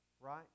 right